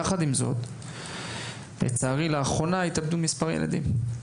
יחד עם זאת, לצערי, לאחרונה התאבדו מספר ילדים.